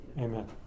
Amen